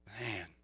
Man